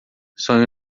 sonho